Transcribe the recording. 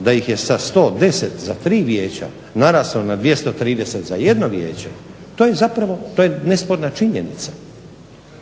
da ih je sa 110 za tri vijeća naraslo na 230 za jedno vijeće. To je nesporna činjenica.